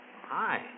Hi